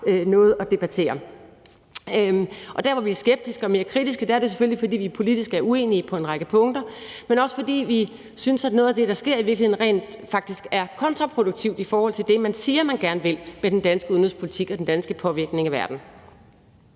noget at debattere. Og der, hvor vi er skeptiske og mere kritiske, er det selvfølgelig, fordi vi politisk er uenige på en række punkter, men også fordi vi synes, at noget af det, der sker, i virkeligheden rent faktisk er kontraproduktivt i forhold til det, man siger man gerne vil med den danske udenrigspolitik og den danske påvirkning af verden.